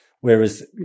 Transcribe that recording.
Whereas